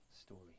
story